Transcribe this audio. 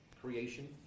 creation